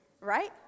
right